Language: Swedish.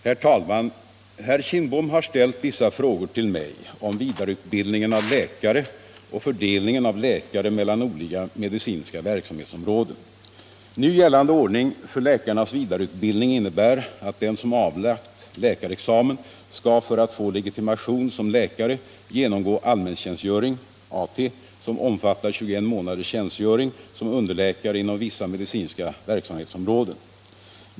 Herr talman! Herr Kindbom har ställt vissa frågor till mig om vidareutbildningen av läkare och fördelningen av läkare mellan olika medicinska verksamhetsområden. Nu gällande ordning för läkarnas vidareutbildning innebär att den som avlagt läkarexamen skall för att få legitimation som läkare genomgå allmäntjänstgöring , som omfattar 21 månaders tjänstgöring som underläkare inom vissa medicinska verksamhetsområden.